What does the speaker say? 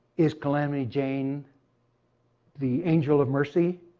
is calamity jane the angel of mercy,